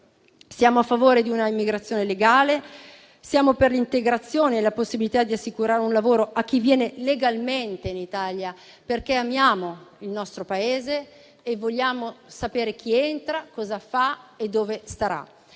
Siamo a favore di una migrazione legale. Siamo per l'integrazione e la possibilità di assicurare un lavoro a chi viene legalmente in Italia, perché amiamo il nostro Paese e vogliamo sapere chi entra cosa fa e dove starà.